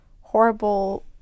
horrible